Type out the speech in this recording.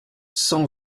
cent